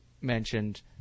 mentioned